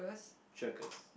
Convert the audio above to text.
circus